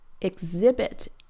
exhibit